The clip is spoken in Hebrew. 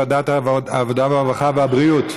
ועדת העבודה, הרווחה והבריאות?